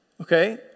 okay